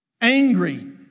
Angry